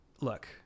look